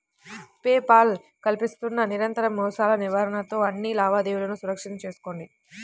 pay Paul కల్పిస్తున్న నిరంతర మోసాల నివారణతో అన్ని లావాదేవీలను సురక్షితం చేసుకోండి